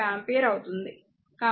5 ampere అవుతుంది